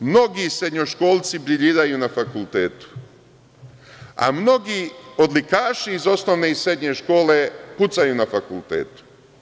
Mnogi srednjoškolci briljiraju na fakultetu, a mnogi odlikaši iz osnovne i srednje škole pucaju na fakultetu.